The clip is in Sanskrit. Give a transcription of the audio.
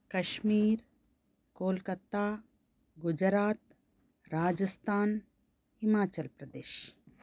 कश्मीर् कोल्कत्ता गुजरात् राजस्थान् हिमाचल् प्रदेश्